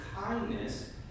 kindness